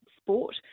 sport